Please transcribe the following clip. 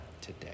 today